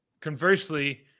conversely